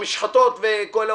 המשחתות וכל אלה,